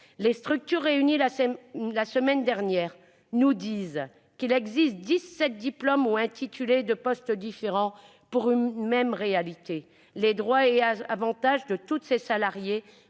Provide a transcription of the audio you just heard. Les structures réunies la semaine dernière nous ont rappelé qu'il existe dix-sept diplômes ou intitulés de postes différents pour une même réalité. Les droits et avantages de tous ces salariés